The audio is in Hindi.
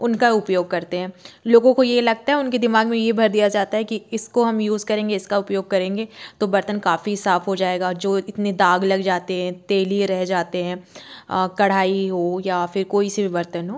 उनका उपयोग करते हैं लोगों को ये लगता है उनके दिमाग मे ये भर दिया जाता है कि इसको हम यूज करेंगे इसका उपयोग करेंगे तो बर्तन काफ़ी साफ हो जाएगा जो इतने दाग लग जाते है तेलिये रह जाते हैं कड़ाई हो या फिर कोई से भी बर्तन हो